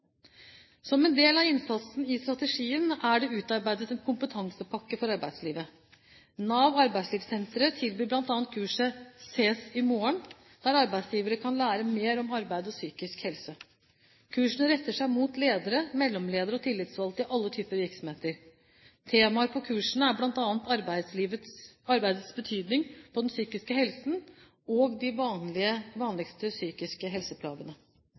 Som en del av innsatsen i strategien er det utarbeidet en kompetansepakke for arbeidslivet. Navs Arbeidslivssentre tilbyr bl.a. kurset «Sees i morgen!», der arbeidsgivere kan lære mer om arbeid og psykisk helse. Kursene retter seg mot ledere, mellomledere og tillitsvalgte i alle typer virksomheter. Temaer på kursene er bl.a. arbeidets betydning for den psykiske helsen og de vanligste psykiske helseplagene.